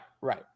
right